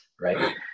right